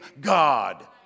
God